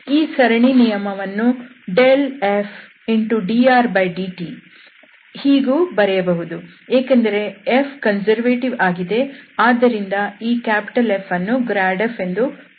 ಈ ಸರಣಿ ನಿಯಮವನ್ನು ∇f⋅drdt ಹೀಗೂ ಬರೆಯಬಹುದು ಏಕೆಂದರೆ F ಕನ್ಸರ್ವೇಟಿವ್ ಆಗಿದೆ ನಾವು ಈ Fಅನ್ನು grad f ಎಂದು ತೆಗೆದುಕೊಂಡಿದ್ದೇವೆ